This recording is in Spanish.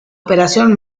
operación